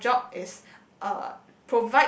my job is uh